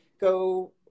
go